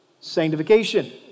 Sanctification